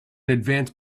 advanced